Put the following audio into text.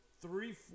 three